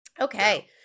Okay